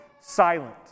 silent